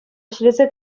ӗҫлесе